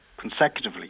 consecutively